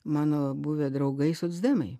mano buvę draugai socdemai